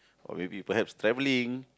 or maybe perhaps travelling